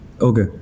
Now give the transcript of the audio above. okay